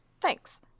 Thanks